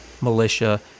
militia